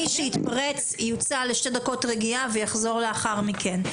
מי שיתפרץ נוציא אותו לשתי דקות רגיעה והוא יחזור לאחר מכן.